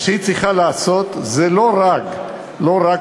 מה שהיא צריכה לעשות זה לא רק לחדש,